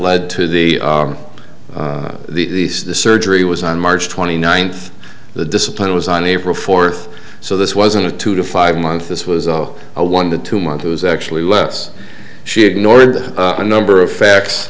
led to the these the surgery was on march twenty ninth the discipline was on april fourth so this wasn't a two to five month this was a one to two months it was actually less she ignored a number of facts